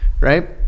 Right